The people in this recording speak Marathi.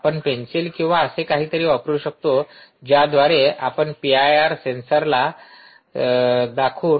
आपण पेन्सिल किंवा असे काहीतरी वापरू शकतो ज्याद्वारे आपण पी आय आर सिस्टीमला दाखवून कार्यान्वित करू शकतो